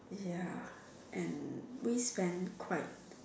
ya and we spent quite